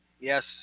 Yes